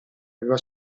aveva